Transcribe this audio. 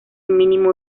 mínimo